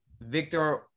Victor